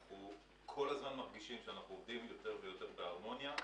אנחנו כל הזמן מרגישים שאנחנו עובדים יותר ויותר בהרמוניה,